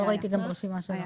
ניצני סיני,